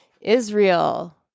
Israel